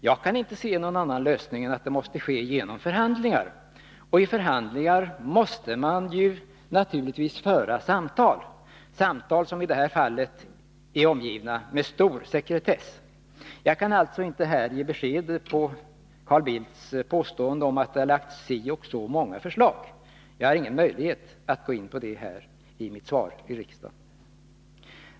Jag kan inte se någon annan lösning än att det måste ske genom förhandlingar, och i förhandlingar måste man naturligtvis föra samtal — samtal som i det här fallet är omgivna med stor sekretess. Jag kan alltså inte här kommentera Carl Bildts påstående att det har lagts så och så många förslag. Jag har ingen möjlighet att gå in på detta här i riksdagen.